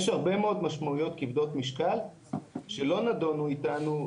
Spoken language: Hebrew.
יש הרבה מאוד משמעויות כבדות משקל שלא נדונו איתנו,